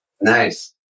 Nice